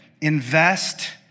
invest